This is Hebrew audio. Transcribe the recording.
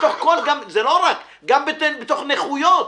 גם בתוך סוגי נכויות: